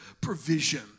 provision